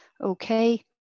okay